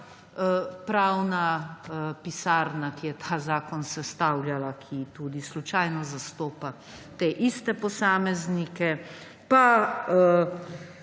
pravna pisarna, ki je ta zakon sestavljala, ki tudi slučajno zastopa te iste posameznike,